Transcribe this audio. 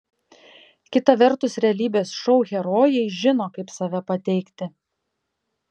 kita vertus realybės šou herojai žino kaip save pateikti